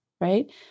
right